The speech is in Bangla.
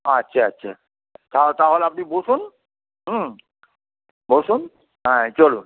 আচ্ছা আচ্ছা তা তাহলে আপনি বসুন হুম বসুন হ্যাঁ চলুন